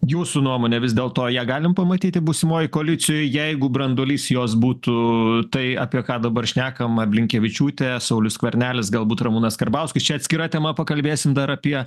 jūsų nuomone vis dėlto ją galim pamatyti būsimoj koalicijoj jeigu branduolys jos būtų tai apie ką dabar šnekama blinkevičiūtė saulius skvernelis galbūt ramūnas karbauskis čia atskira tema pakalbėsim dar apie